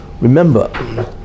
Remember